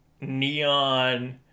neon